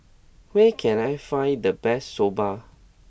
where can I find the best Soba